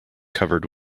covered